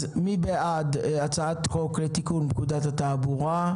מי בעד הצעת החוק לתיקון פקודת התעבורה?